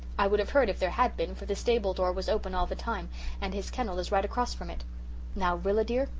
i would have heard if there had been, for the stable door was open all the time and his kennel is right across from it now rilla dear,